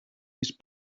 use